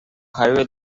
highway